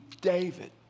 David